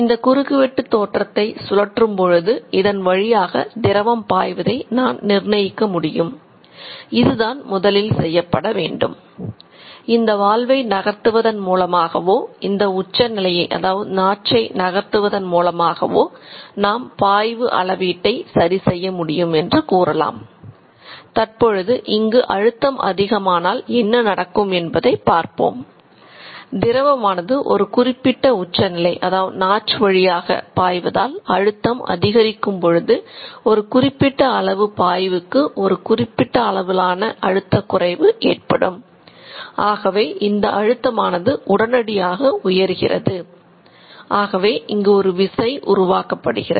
இந்த குறுக்குவெட்டுத் தோற்றத்தை உருவாக்கப்படுகிறது